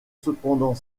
cependant